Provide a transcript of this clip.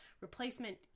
replacement